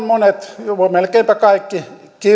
monet jopa melkeinpä kaikki ovat